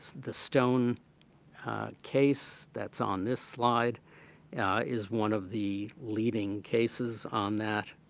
the stone case that's on this slide is one of the leading cases on that